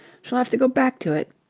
shall have to go back to it.